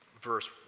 verse